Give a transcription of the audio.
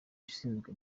ushinzwe